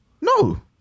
No